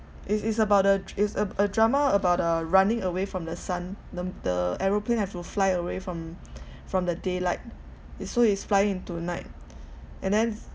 it's it's about the is a drama about the running away from the sun the the aeroplane have to fly away from from the daylight is so is flying into night and then